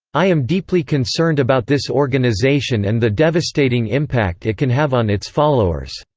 i am deeply concerned about this organisation and the devastating impact it can have on its followers,